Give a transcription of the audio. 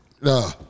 No